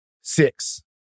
Six